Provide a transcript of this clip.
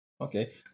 Okay